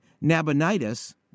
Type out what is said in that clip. Nabonidus